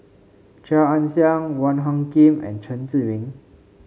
Chia Ann Siang Wong Hung Khim and Chen Zhiming